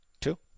two